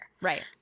right